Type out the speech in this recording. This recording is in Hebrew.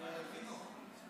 לחינוך.